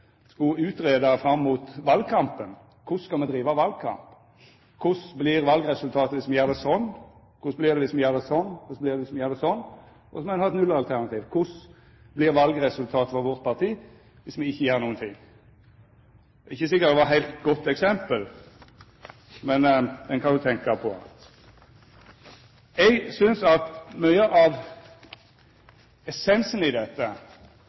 fram mot valkampen skulle greia ut: Korleis skal me driva valkamp? Korleis blir valresultatet viss me gjer det sånn, korleis blir det viss me gjer det sånn, korleis blir det viss me gjer det sånn? Så må ein ha eit nullalternativ. Korleis blir valresultatet for partiet vårt viss me ikkje gjer noko? Det er ikkje sikkert det var eit heilt godt eksempel, men ein kan jo tenkja på det. Eg synest at mykje av essensen i